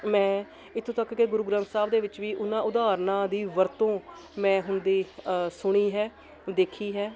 ਮੈਂ ਇੱਥੋਂ ਤੱਕ ਕਿ ਗੁਰੂ ਗ੍ਰੰਥ ਸਾਹਿਬ ਦੇ ਵਿੱਚ ਵੀ ਉਹਨਾਂ ਉਦਾਹਰਨਾਂ ਦੀ ਵਰਤੋਂ ਮੈਂ ਹੁੰਦੀ ਅ ਸੁਣੀ ਹੈ ਦੇਖੀ ਹੈ